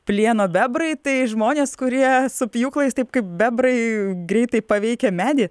plieno bebrai tai žmonės kurie su pjūklais taip kaip bebrai greitai paveikia medį